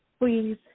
please